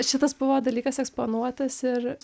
šitas buvo dalykas eksponuotas ir